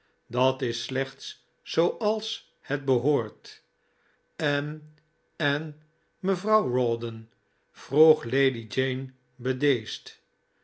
dat is slechts zooals het behoort en en mevrouw rawdon vroeg lady jane bedeesd